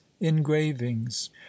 engravings